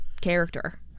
character